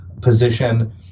position